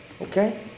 okay